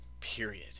period